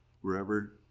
wherever